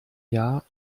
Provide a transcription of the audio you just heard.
jahr